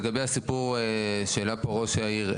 לגבי הסיפור שהעלה פה ראש העיר,